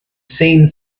seemed